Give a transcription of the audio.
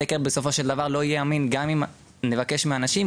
הסקר בסופו של דבר לא יהיה אמין גם אם נבקש מאנשים.